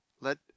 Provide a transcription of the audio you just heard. let